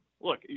Look